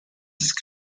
ist